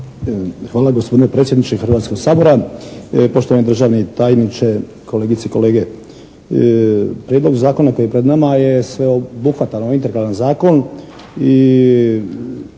Hvala gospodine predsjedniče Hrvatskog sabora. Poštovani državni tajniče, kolegice i kolege. Prijedlog zakona koji je pred nama je sveobuhvatan, integralan zakon